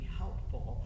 helpful